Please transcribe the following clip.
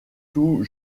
tout